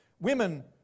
Women